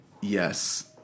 Yes